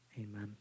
Amen